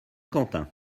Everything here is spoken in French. quentin